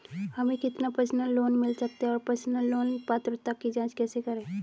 हमें कितना personal loan मिल सकता है और पर्सनल लोन पात्रता की जांच कैसे करें?